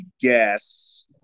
guess